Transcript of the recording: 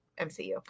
MCU